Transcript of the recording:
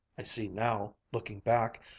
i see now, looking back,